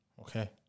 okay